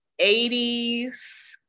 80s